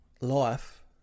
life